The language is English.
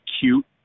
cute